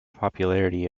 popularity